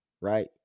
right